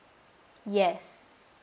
yes